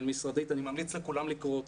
ואני ממליץ לכולם לקרוא אותן.